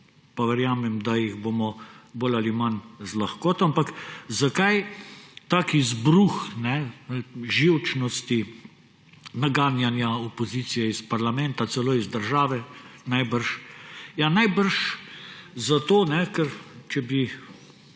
pa verjamem, da jih bomo bolj ali manj z lahkoto, ampak zakaj tak izbruh živčnosti, naganjanja opozicije iz parlamenta, celo iz države najbrž?! Ja, najbrž zato, ker, če